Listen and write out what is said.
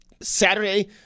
Saturday